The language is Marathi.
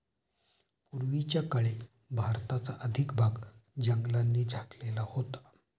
पूर्वीच्या काळी भारताचा अधिक भाग जंगलांनी झाकलेला होता